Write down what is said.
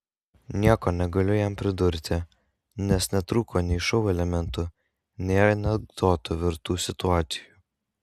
nieko negaliu jam pridurti nes netrūko nei šou elementų nei anekdotų vertų situacijų